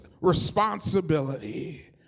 responsibility